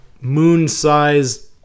moon-sized